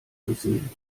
gesehen